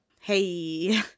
Hey